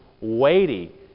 weighty